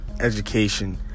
education